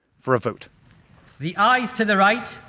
for a vote the ayes to the right,